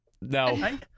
No